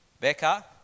Becca